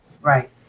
Right